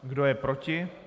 Kdo je proti?